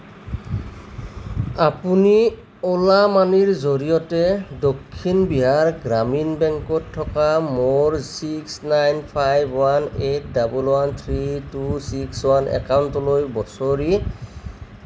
আপুনি অ'লা মানিৰ জৰিয়তে দক্ষিণ বিহাৰ গ্ৰামীণ বেংকত থকা মোৰ six nine five one eight one one three two six one একাউণ্টলৈ বছৰি